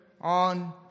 On